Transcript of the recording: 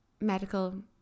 medical